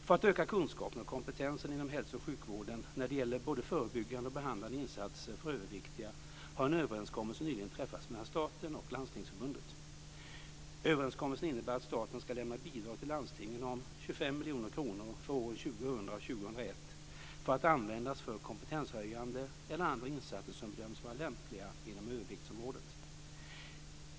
För att öka kunskapen och kompetensen inom hälso och sjukvården när det gäller både förebyggande och behandlande insatser för överviktiga har en överenskommelse nyligen träffats mellan staten och Landstingsförbundet. Överenskommelsen innebär att staten ska lämna bidrag till landstingen om 25 miljoner kronor för åren 2000 och 2001 att användas till kompetenshöjande eller andra insatser som bedöms vara lämpliga inom överviktsområdet.